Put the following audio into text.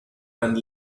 and